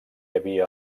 havia